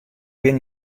bin